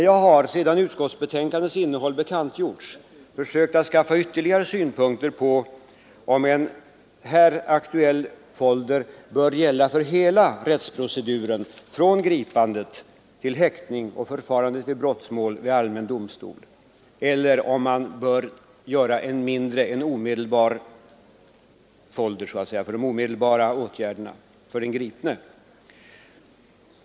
Jag har sedan betänkandets innehåll bekantgjorts försökt att skaffa ytterligare synpunkter på om här aktuell folder bör gälla för hela proceduren från gripandet till häktning och förfarandet vid brottmål i allmän domstol eller om man bör göra en mindre folder av mera omedelbart intresse för de åtgärder som närmast kan beröra den gripne.